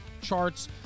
charts